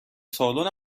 سالن